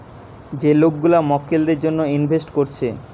যে লোক গুলা মক্কেলদের জন্যে ইনভেস্ট কোরছে